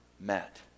met